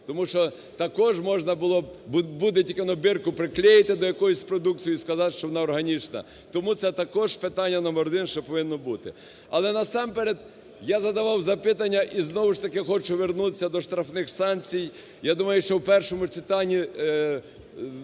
Тому що також можна було б бірку тільки приклеїти до якоїсь продукції і сказати, що вона органічна. Тому це також питання номер один, що повинно бути. Але насамперед я задавав запитання і знову ж таки хочу вернутися до штрафних санкцій. Я думаю, що в першому читанні